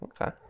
okay